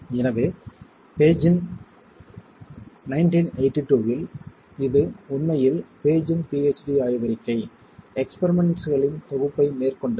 எனவே பேஜின் 1982 ல் இது உண்மையில் பேஜின் பிஎச்டி ஆய்வறிக்கை எஸ்பிரிமெண்ட்ஸ்களின் தொகுப்பை மேற்கொண்டது